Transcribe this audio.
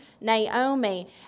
Naomi